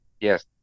Yes